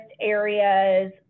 areas